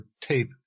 tape